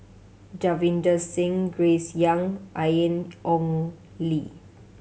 Davinder Singh Grace Young and Ian Ong Li